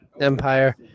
empire